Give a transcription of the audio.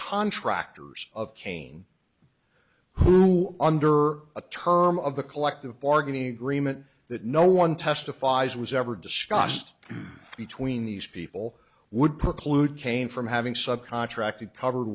contractors of cain who under a term of the collective bargaining agreement that no one testifies was ever discussed between these people would preclude came from having subcontracted covered